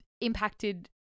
impacted